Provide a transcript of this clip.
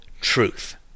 truth